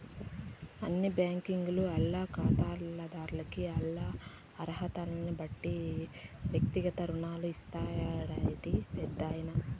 అన్ని బ్యాంకీలు ఆల్ల కాతాదార్లకి ఆల్ల అరహతల్నిబట్టి ఎక్తిగత రుణాలు ఇస్తాండాయి పెద్దాయనా